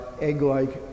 egg-like